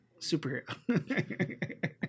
superhero